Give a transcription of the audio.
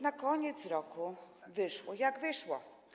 Na koniec roku wyszło, jak wyszło.